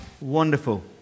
Wonderful